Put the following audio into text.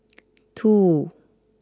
two